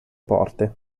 porte